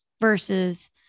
Versus